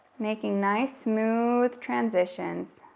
making nice, smooth transitions